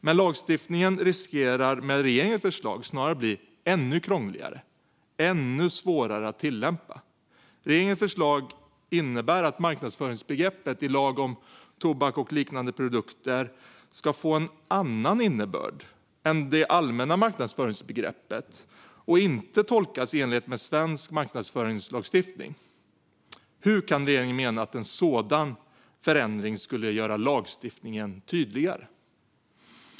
Men lagstiftningen riskerar med regeringens förslag snarare att bli ännu krångligare och ännu svårare att tillämpa. Regeringens förslag innebär att marknadsföringsbegreppet i lagen om tobak och liknande produkter ska få en annan innebörd än det allmänna marknadsföringsbegreppet och inte tolkas i enlighet med svensk marknadsföringslagstiftning. Hur kan regeringen mena att en sådan förändring skulle göra lagstiftningen tydligare?